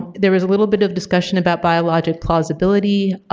there was a little bit of discussion about biologic plausibility,